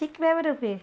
ଠିକ୍ ଭାବରେ ହୁଏ